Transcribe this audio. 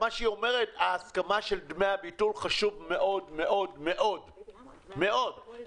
היא אומרת שההסכמה חשובה מאוד מאוד לגבי דמי הביטול